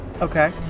Okay